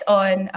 on